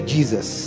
Jesus